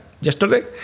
yesterday